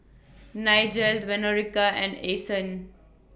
Nigel Veronica and Ason